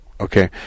Okay